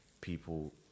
people